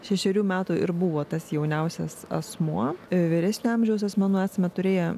šešerių metų ir buvo tas jauniausias asmuo vyresnio amžiaus asmenų esame turėję